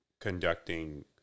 conducting